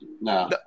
no